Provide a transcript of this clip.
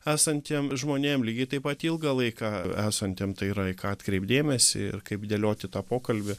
esantiem žmonėm lygiai taip pat ilgą laiką esantiem tai yra į ką atkreipt dėmesį ir kaip dėlioti tą pokalbį